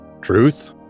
Truth